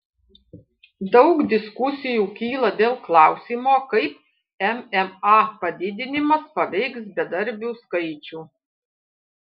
daug diskusijų kyla dėl klausimo kaip mma padidinimas paveiks bedarbių skaičių